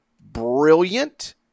brilliant